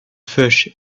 fish